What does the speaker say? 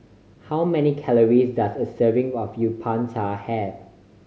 how many calories does a serving of Uthapam have